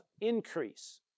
increase